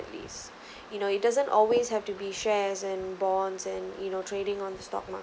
least you know it doesn't always have to be shares and bonds and you know trading on the stock